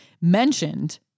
mentioned